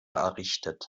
errichtet